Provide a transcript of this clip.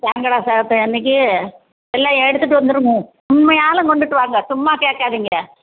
சங்கடஹர சதுர்த்தி அன்னைக்கு எல்லாம் எடுத்துகிட்டு வந்துடணும் உண்மையாலும் கொண்டுகிட்டு வாங்க சும்மா கேட்காதீங்க